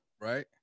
right